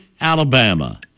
Alabama